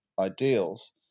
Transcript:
ideals